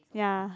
ya